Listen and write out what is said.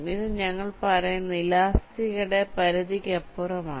ഇത് ഞങ്ങൾ പറയുന്നത് ഇലാസ്തികതയുടെ പരിധിക്കപ്പുറമാണ്